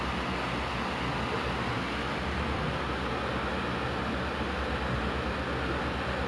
maintenance like you probably need to really take care of the plants and you really have to take care of the fish